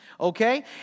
Okay